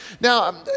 Now